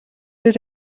did